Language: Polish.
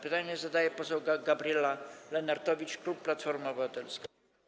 Pytanie zadaje poseł Gabriela Lenartowicz, klub Platforma Obywatelska.